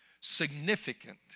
significant